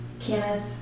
Kenneth